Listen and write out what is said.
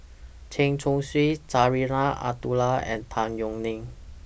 Chen Chong Swee Zarinah Abdullah and Tan Yeok Nee